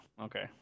Okay